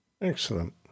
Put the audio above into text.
excellent